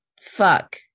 fuck